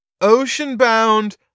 ocean-bound